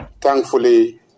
thankfully